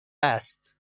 است